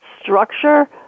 structure